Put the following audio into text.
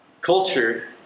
Culture